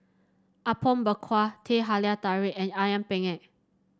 Apom Berkuah Teh Halia Tarik and ayam penyet